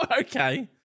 Okay